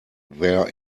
there